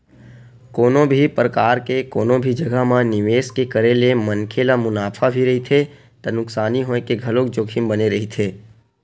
कोनो भी परकार के कोनो भी जघा म निवेस के करे ले मनखे ल मुनाफा भी रहिथे त नुकसानी होय के घलोक जोखिम बने रहिथे